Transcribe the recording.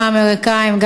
גם האמריקניים,